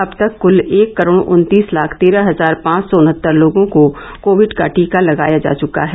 अब तक कुल एक करोड़ उन्तीस लाख तेरह हजार पांच सौ उनहत्तर लोगों को कोविड का टीका लगाया जा चुका है